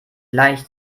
leicht